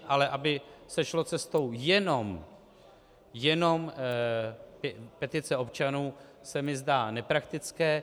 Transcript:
Ale aby se šlo cestou jenom petice občanů, se mi zdá nepraktické.